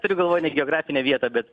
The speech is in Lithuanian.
turiu galvoj ne geografinę vietą bet